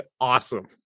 awesome